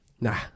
nah